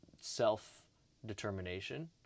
self-determination